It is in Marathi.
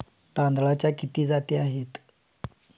तांदळाच्या किती जाती आहेत?